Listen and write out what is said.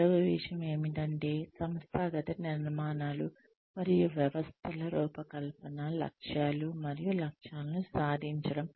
రెండవ విషయం ఏమిటంటే సంస్థాగత నిర్మాణాలు మరియు వ్యవస్థల రూపకల్పన లక్ష్యాలు మరియు లక్ష్యాలను సాధించడం